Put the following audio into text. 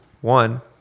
One